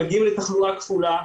מגיעים לתחלואה כפולה,